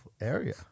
area